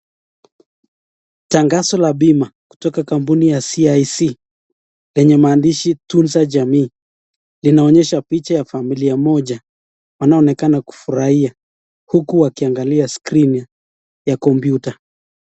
Tangazo la bima kutoka kampuni ya CIC lenye maandishi tunza jamii linaonyesha picha ya familia moja wanaonekana kufurahia uku wakiangalia skrini ya kompyuta.